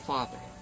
Father